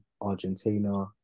Argentina